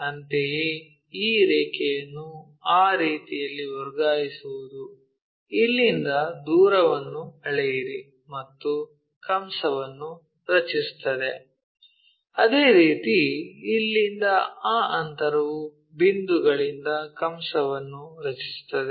ಅಂತೆಯೇ ಈ ರೇಖೆಯನ್ನು ಆ ರೀತಿಯಲ್ಲಿ ವರ್ಗಾಯಿಸುವುದು ಇಲ್ಲಿಂದ ದೂರವನ್ನು ಅಳೆಯಿರಿ ಮತ್ತು ಕಂಸವನ್ನು ರಚಿಸುತ್ತದೆ ಅದೇ ರೀತಿ ಇಲ್ಲಿಂದ ಆ ಅಂತರವು ಬಿಂದುಗಳಿಂದ ಕಂಸವನ್ನು ರಚಿಸುತ್ತದೆ